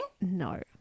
No